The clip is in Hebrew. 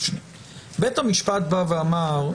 בית המשפט בא ואמר,